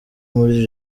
muri